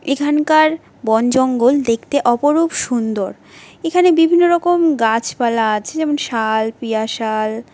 এখানকার বনজঙ্গল দেখতে অপরূপ সুন্দর এখানে বিভিন্নরকম গাছপালা আছে যেমন শাল পিয়াশাল